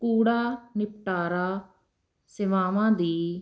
ਕੂੜਾ ਨਿਪਟਾਰਾ ਸੇਵਾਵਾਂ ਦੀ